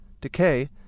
decay